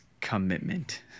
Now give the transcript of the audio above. commitment